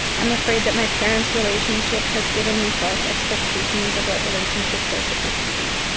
i'm afraid that my parents' relationship has given me false expectations of what relationships are supposed to be.